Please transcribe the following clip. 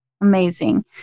Amazing